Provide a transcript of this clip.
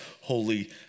holy